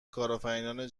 کارآفرینان